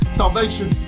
salvation